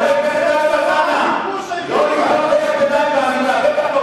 חבר הכנסת אלסאנע, לא לקרוא קריאות ביניים בעמידה.